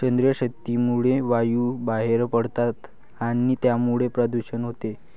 सेंद्रिय शेतीमुळे वायू बाहेर पडतात आणि त्यामुळेच प्रदूषण होते